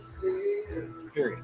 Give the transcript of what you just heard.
period